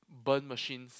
burn machines